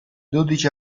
dodici